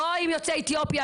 לא עם יוצאי אתיופיה,